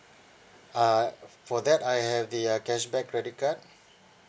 uh f~ for that I have the uh cashback credit card